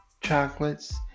chocolates